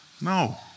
No